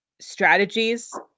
strategies